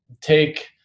take